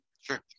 Sure